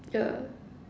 ya